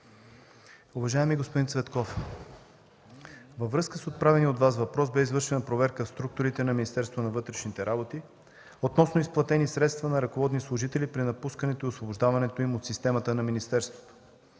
Уважаеми господин Цветков, във връзка с отправения от Вас въпрос бе извършена проверка в структурите на Министерството на вътрешните работи относно изплатени средства на ръководни служители при напускането и освобождаването им от системата на министерството.